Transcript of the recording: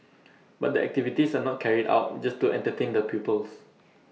but the activities are not carried out just to entertain the pupils